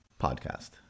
Podcast